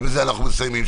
ובזה אנחנו מסיימים.